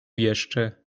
jeszcze